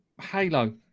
Halo